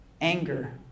anger